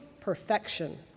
perfection